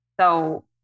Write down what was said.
So-